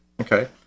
Okay